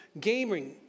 gaming